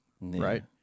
right